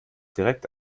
direkt